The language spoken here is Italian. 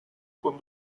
con